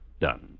done